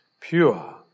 pure